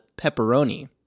pepperoni